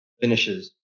finishes